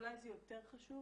אולי זה יותר חשוב.